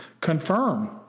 confirm